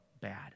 bad